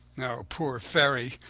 poor fairy!